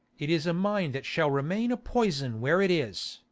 it is a mind that shall remain a poison where it is,